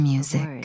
Music